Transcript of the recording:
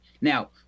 Now